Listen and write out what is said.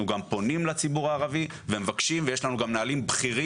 אנחנו גם פונים לציבור הערבי ומבקשים ויש לנו גם מנהלים בכירים,